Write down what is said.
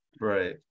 Right